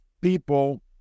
people